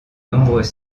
nouveaux